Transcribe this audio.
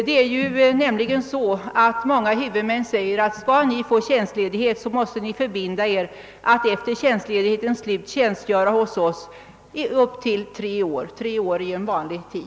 Många huvudmän säger nämligen att skall ni få tjänstledighet måste ni förbinda er att efter tjänstledighetens slut tjänstgöra hos oss upp till tre år.